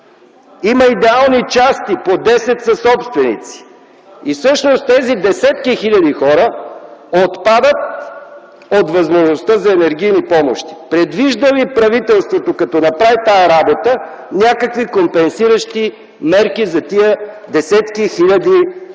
Има идеални части – по 10 съсобственици. Всъщност тези десетки хиляди хора отпадат от възможността за енергийни помощи. Предвижда ли правителството, като направи тази работа, някакви компенсиращи мерки за тези десетки и хиляди